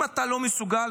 אם אתה לא מסוגל,